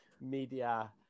media